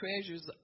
treasures